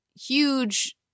huge